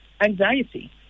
anxiety